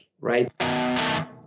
Right